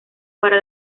para